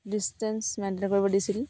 distance maintain কৰিব দিছিল